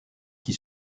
qui